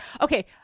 okay